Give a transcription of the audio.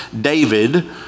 David